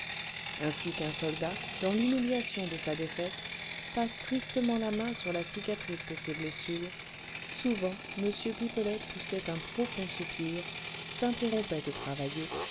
ainsi qu'un soldat dans l'humiliation de sa défaite passe tristement la main sur la cicatrice de ses blessures souvent m pipelet poussait un profond soupir s'interrompait de travailler